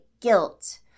guilt